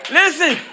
listen